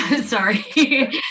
sorry